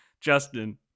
Justin